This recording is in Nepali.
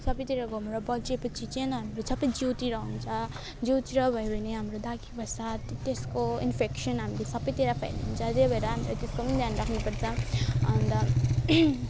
सबैतिर घमाउरो बल्झिएपछि चाहिँ हाम्रो सबै हाम्रो जिउतिर हुन्छ जिउतिर भयो भने हाम्रो दागी बस्छ त त्यसको इन्फेक्सन हाम्रो सबैतिर फैलिन्छ त्यही भएर हामीले त्यसको पनि ध्यान राख्नुपर्छ अन्त